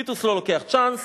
טיטוס לא לוקח צ'אנס,